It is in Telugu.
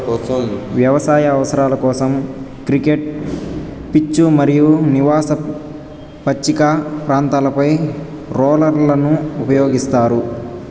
వ్యవసాయ అవసరాల కోసం, క్రికెట్ పిచ్లు మరియు నివాస పచ్చిక ప్రాంతాలపై రోలర్లను ఉపయోగిస్తారు